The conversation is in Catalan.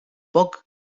poc